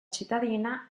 cittadina